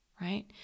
Right